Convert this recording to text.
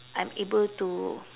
I'm able to